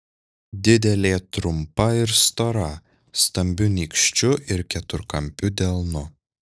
didelė trumpa ir stora stambiu nykščiu ir keturkampiu delnu